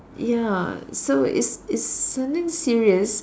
ya so it's it's something serious